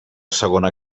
segona